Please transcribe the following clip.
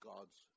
God's